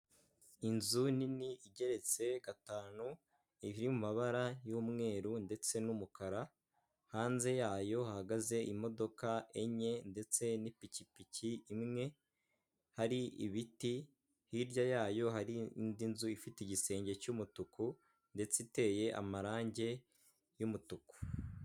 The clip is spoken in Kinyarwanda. Inzu nini igeretse gatanu iri mu mabara y'umweru ndetse n'umukara hanze yayo hahagaze imodoka enye ndetse n'ipikipiki imwe hari ibiti hirya yayo hari indi nzu ifite igisenge cy'umutuku ndetse iteye amarangi y'umutuku